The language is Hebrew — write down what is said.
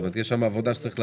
יש שם עוד עבודה שצריך לעשות,